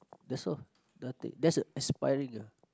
that's all nothing that's inspiring ah